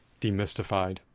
demystified